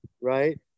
right